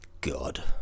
God